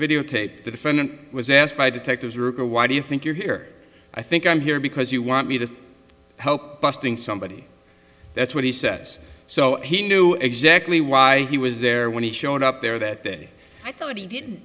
videotape the defendant was asked by detectives rupa why do you think you're here i think i'm here because you want me to help busting somebody that's what he says so he knew exactly why he was there when he showed up there that day i thought he didn't